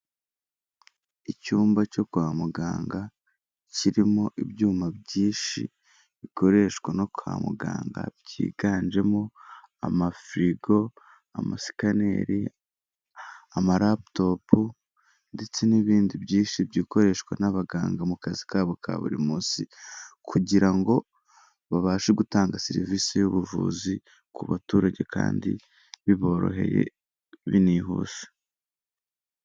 Icyumba cyo kwa muganga kirimo ibyuma byinshi bikoreshwa no kwa muganga byiganjemo amafirigo, amasikaneri, amalaputopu ndetse n'ibindi byinshi bikoreshwa n'abaganga mu kazi kabo ka buri munsi kugira ngo babashe gutanga serivisi y'ubuvuzi ku baturage kandi biboroheye binihuse.